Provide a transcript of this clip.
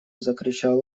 закричал